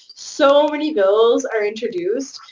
so many bills are introduced.